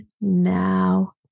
now